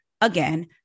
Again